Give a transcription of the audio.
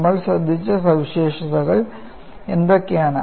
നമ്മൾ ശ്രദ്ധിച്ച സവിശേഷതകൾ എന്തൊക്കെയാണ്